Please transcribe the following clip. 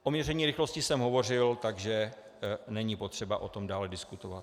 O měření rychlosti jsem hovořil, takže není potřeba o tom dále diskutovat.